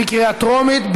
בקריאה טרומית,